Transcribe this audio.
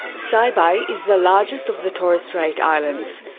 saibai is the largest of the torres strait islands.